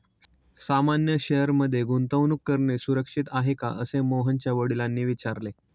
सामान्य शेअर मध्ये गुंतवणूक करणे सुरक्षित आहे का, असे मोहनच्या वडिलांनी विचारले